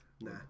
Nah